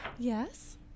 Yes